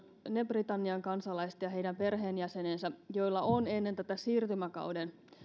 ne britannian kansalaiset ja heidän perheenjäsenensä joilla on ennen tätä siirtymäkauden